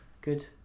good